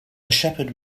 shepherd